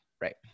right